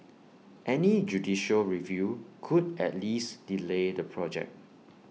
any judicial review could at least delay the project